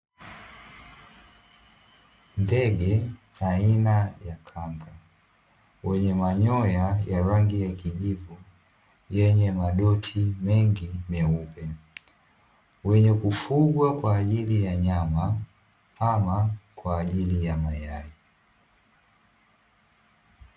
Ndege aina ya kanga wenye manyoya ya rangi ya kijivu yenye madoti mengi meupe, wenye kufugwa kwa ajili ya nyama ama kwa ajili ya mayai.